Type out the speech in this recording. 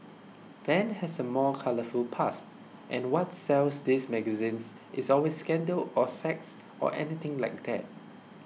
ben has a more colourful past and what sells these magazines is always scandal or sex or anything like that